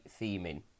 theming